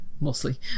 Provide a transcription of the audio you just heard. mostly